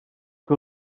que